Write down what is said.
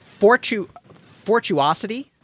Fortuosity